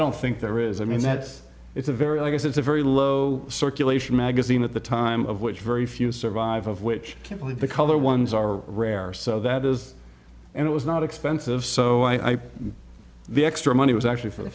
don't think there is i mean that's it's a very i guess it's a very low circulation magazine at the time of which very few survive of which complete because the ones are rare so that is and it was not expensive so i put the extra money was actually for